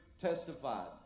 testified